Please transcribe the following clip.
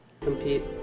Compete